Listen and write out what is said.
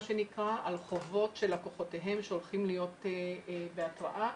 חובות של לקוחותיהם שהולכים להיות בהתראה,